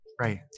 right